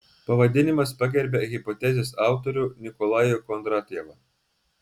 pavadinimas pagerbia hipotezės autorių nikolajų kondratjevą